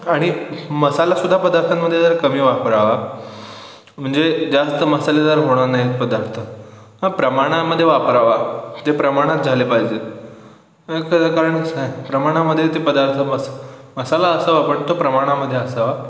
आणि मसालासुद्धा पदार्थांमध्ये जर कमी वापरावा म्हणजे जास्त मसालेदार होणार नाहीत पदार्थ हां प्रमाणामध्ये वापरावा ते प्रमाणात झाले पाहिजेत कारणच काय प्रमाणामध्ये ते पदार्थ मस मसाला असावा पण तो प्रमाणामध्ये असावा